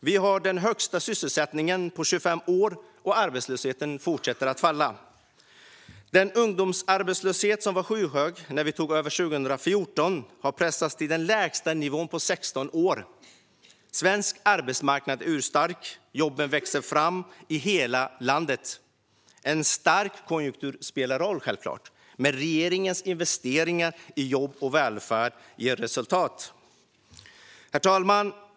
Vi har den högsta sysselsättningen på 25 år, och arbetslösheten fortsätter att falla. Ungdomsarbetslösheten, som var skyhög när vi tog över 2014, har pressats till den lägsta nivån på 16 år. Svensk arbetsmarknad är urstark. Jobben växer fram i hela landet. En stark konjunktur spelar självklart roll, men regeringens investeringar i jobb och välfärd ger resultat. Herr talman!